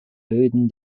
böden